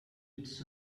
its